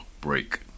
break